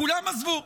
כולם עזבו.